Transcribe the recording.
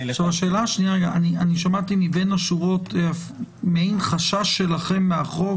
-- אני שמעתי מבין השורות מעין חשש שלכם מהחוק,